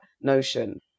notion